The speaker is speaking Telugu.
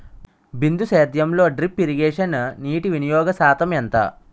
బిందు సేద్యంలో డ్రిప్ ఇరగేషన్ నీటివినియోగ శాతం ఎంత?